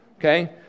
Okay